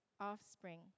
offspring